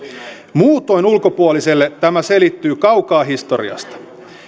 muutoin ulkopuoliselle tämä selittyy kaukaa historiasta